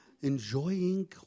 enjoying